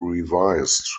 revised